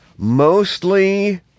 Mostly